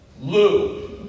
Lou